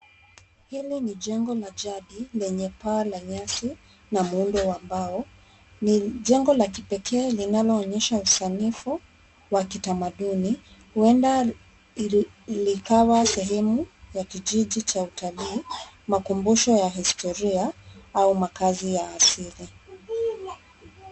Hili ni jengo la jadi lenye paa la nyasi na muundo wa mbao. Ni jengo la kipekee linaloonyesha usanifu wa kitamaduni huenda ilikawa sehemu ya kijiji cha utalii, makumbusho ya historia, au makaazi ya asili.